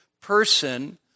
person